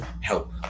help